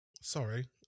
sorry